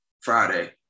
Friday